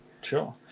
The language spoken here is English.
Sure